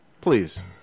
Please